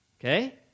Okay